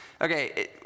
Okay